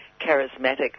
charismatic